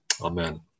Amen